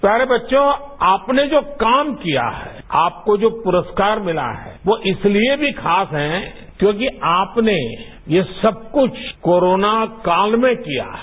प्यारे बच्चो आपने जो काम किया है आपको जो पुरस्कार मिला है वो इसलिए भी खास है क्योंकि आपने ये सब कुछ कोरोना काल में किया है